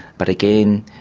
but again,